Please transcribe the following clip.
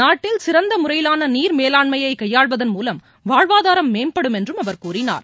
நாட்டில் சிறந்த முறையிவான நீர் மேவான்மையை கையாள்வதன் முலம் வாழ்வாதாரம் மேம்படும் என்றும் அவர் கூறினார்